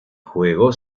juego